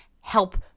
help